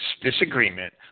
disagreement